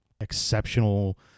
exceptional